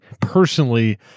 personally